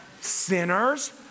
Sinners